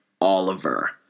Oliver